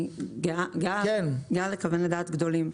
אני גאה לכוון לדעת גדולים.